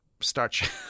start